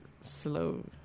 Slow